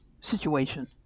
situation